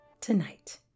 tonight